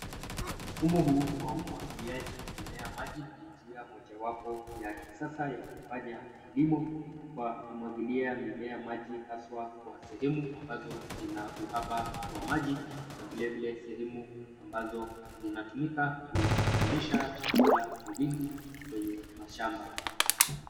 Mfumo huu wa umwagiliaji mimea maji ni njia mojawapo wa kisasa wa kufanya kilimo wa kumwagilia mimea maji haswa kwa sehemu ambazo zina uhaba wa maji na vilevile sehemu ambazo zinatumika kuzalisha chakula kwa wingi kwenye mashamba.